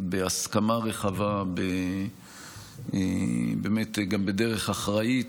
בהסכמה רחבה, ובאמת גם בדרך אחראית.